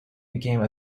became